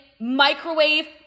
microwave